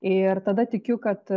ir tada tikiu kad